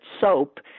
soap